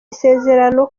isezerano